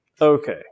Okay